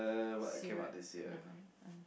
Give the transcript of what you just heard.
serious never mind